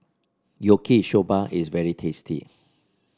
Yaki Soba is very tasty